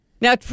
Now